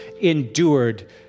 endured